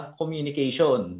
communication